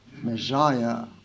Messiah